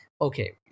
Okay